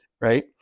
right